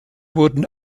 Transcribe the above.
wurden